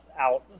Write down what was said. out